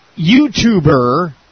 YouTuber